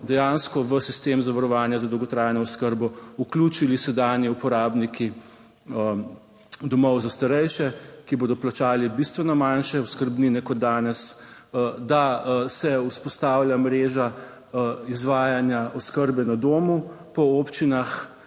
dejansko v sistem zavarovanja za dolgotrajno oskrbo vključili sedanji uporabniki domov za starejše, ki bodo plačali bistveno manjše oskrbnine, kot danes, da se vzpostavlja mreža izvajanja oskrbe na domu po občinah,